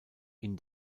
ihn